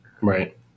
Right